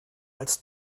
als